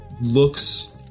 looks